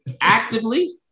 Actively